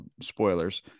spoilers